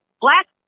Black